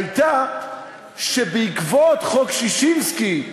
הייתה שבעקבות חוק ששינסקי,